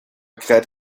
kräht